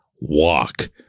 walk